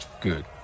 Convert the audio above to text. Good